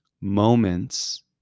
moments